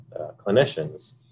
clinicians